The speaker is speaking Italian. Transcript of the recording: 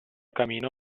camino